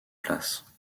place